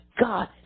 God